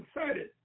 excited